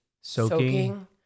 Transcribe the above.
soaking